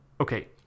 Okay